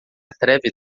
atreve